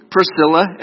Priscilla